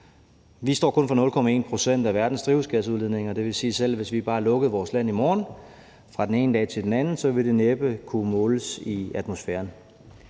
Vi står kun for 0,1 pct. af verdens drivhusgasudledninger, og det vil sige, at selv hvis vi bare lukkede vores land i morgen fra den ene dag til den anden, ville det næppe kunne måles i atmosfæren.